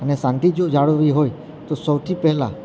અને શાંતિ જો જાળવવી હોય તો સૌથી પહેલાં